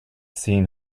seen